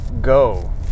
go